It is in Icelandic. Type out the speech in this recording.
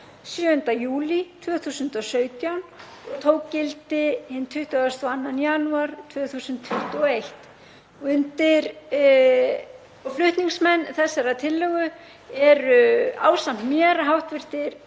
7. júlí 2017 og tók gildi hinn 22. janúar 2021.“ Flutningsmenn þessarar tillögu eru ásamt mér hv.